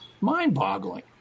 mind-boggling